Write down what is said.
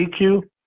EQ